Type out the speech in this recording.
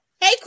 Hey